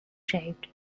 shaped